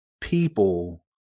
People